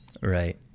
Right